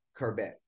kerbet